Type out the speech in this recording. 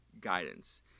guidance